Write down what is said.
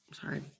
sorry